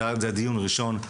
זה דיון ראשון.